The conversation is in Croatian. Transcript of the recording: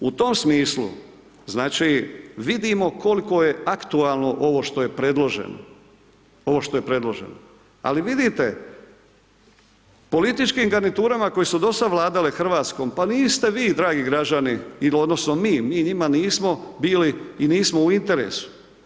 U tom smislu, znači vidimo koliko je aktualno ovo što je predloženo, ovo što je predloženo, ali vidite političkim garniturama koje su dosad vladale Hrvatskom, pa niste vi dragi građani odnosno mi, mi njima nismo bili i nismo u interesu.